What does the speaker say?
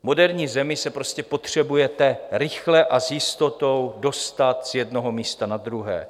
V moderní zemi se prostě potřebujete rychle a s jistotou dostat z jednoho místa na druhé.